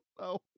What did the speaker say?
no